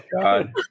God